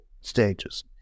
stages